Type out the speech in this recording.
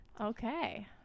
Okay